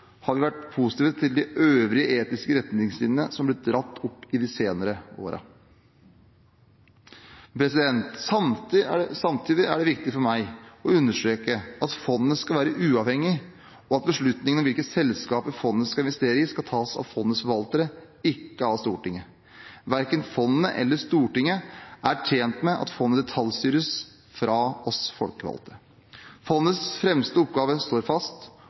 har vi vært positive til de øvrige etiske retningslinjene som har blitt dratt opp i de senere årene. Samtidig er det viktig for meg å understreke at fondet skal være uavhengig, og at beslutninger om hvilke selskaper som fondet skal investere i, skal tas av fondets forvaltere – ikke av Stortinget. Verken fondet eller Stortinget er tjent med at fondet detaljstyres av oss folkevalgte. Fondets fremste oppgave står fast: